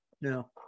No